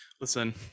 listen